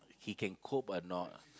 he can cope or not